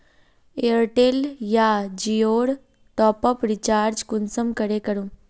Airtel या जियोर top up recharge कुंसम करे करूम?